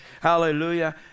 Hallelujah